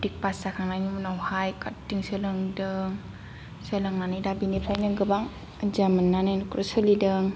metric pass जाखांनायनि उनावहाय काटिं सोलोंदों सोलोंनानै दा बेनिफ्रायनो गोबां आइडिया मोननानै नख'र सोलिदों